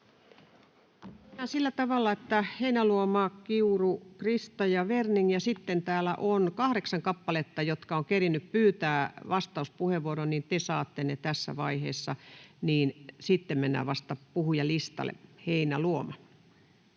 sillä tavalla, että Heinäluoma, Krista Kiuru ja Werning, ja sitten kun täällä on kahdeksan kappaletta, jotka ovat kerinneet pyytää vastauspuheenvuoron, niin te saatte ne tässä vaiheessa. Sitten mennään vasta puhujalistalle. — Heinäluoma.